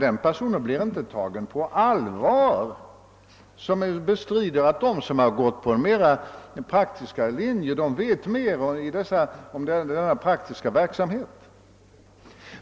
Den person blir inte tagen på allvar som bestrider att de som gått på mera praktiska linjer vet mera om denna praktiska verksamhet.